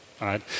right